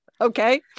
okay